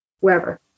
wherever